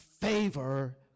favor